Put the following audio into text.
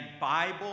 Bible